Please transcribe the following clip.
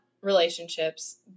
relationships